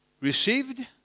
received